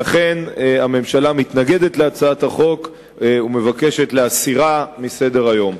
לכן הממשלה מתנגדת להצעת החוק ומבקשת להסירה מסדר-היום.